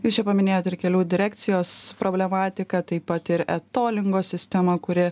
jūs čia paminėjot ir kelių direkcijos problematiką taip pat ir etolingos sistemą kuri